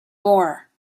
more